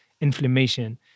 inflammation